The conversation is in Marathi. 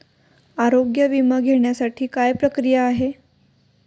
आरोग्य विमा घेण्यासाठी काय प्रक्रिया आहे?